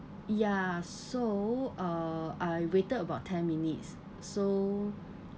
ya so uh I waited about ten minutes so